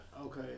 Okay